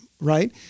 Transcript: right